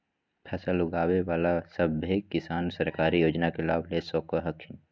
फसल उगाबे बला सभै किसान सरकारी योजना के लाभ ले सको हखिन